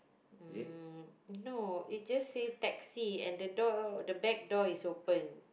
um no it just say taxi and the door the back door is open